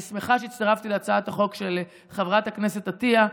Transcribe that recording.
אני שמחה שהצטרפתי להצעת החוק של חברת הכנסת עטייה.